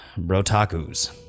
Brotakus